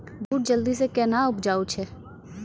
बूट जल्दी से कहना उपजाऊ छ?